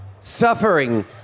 Suffering